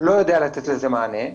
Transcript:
לא יודע לתת לזה מענה,